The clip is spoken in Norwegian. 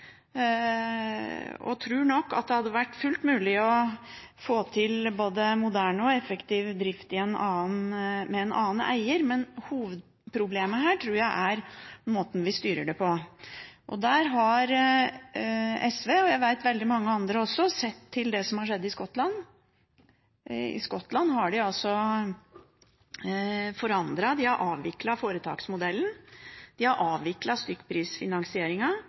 og nok tror at det hadde vært fullt mulig å få til både moderne og effektiv drift med en annen eier. Men hovedproblemet her er måten vi styrer det på. I den sammenheng har SV – og veldig mange andre også, vet jeg – sett til det som har skjedd i Skottland. I Skottland har de avviklet foretaksmodellen, de har avviklet stykkprisfinansieringen, de har